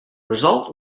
result